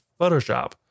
Photoshop